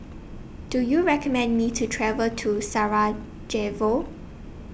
Do YOU recommend Me to travel to Sarajevo